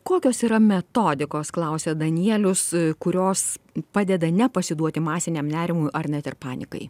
kokios yra metodikos klausia danielius kurios padeda nepasiduoti masiniam nerimui ar net ir panikai